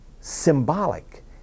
symbolic